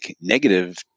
negative